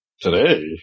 Today